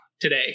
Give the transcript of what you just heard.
today